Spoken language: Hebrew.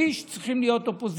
שליש צריכים להיות מהאופוזיציה.